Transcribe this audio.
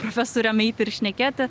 profesoriam eit ir šnekėti